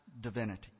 divinity